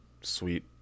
sweet